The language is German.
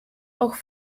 auch